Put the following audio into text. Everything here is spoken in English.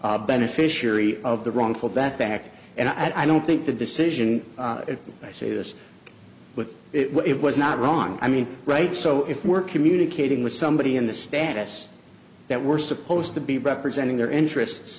beneficiary of the wrongful backpack and i don't think the decision i say this but it was not wrong i mean right so if we're communicating with somebody in the status that we're supposed to be representing their interests